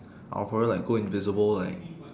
I'll probably like go invisible like